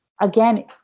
again